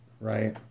right